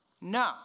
No